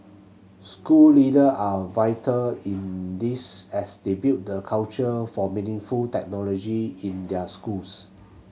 school leader are vital in this as they build the culture for meaningful technology in their schools